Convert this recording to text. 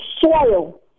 soil